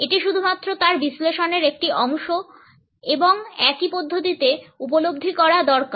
এটি শুধুমাত্র তার বিশ্লেষণের একটি অংশ এবং একই পদ্ধতিতে উপলব্ধি করা দরকার